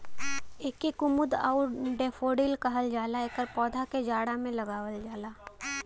एके कुमुद आउर डैफोडिल कहल जाला एकर पौधा के जाड़ा में लगावल जाला